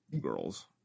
girls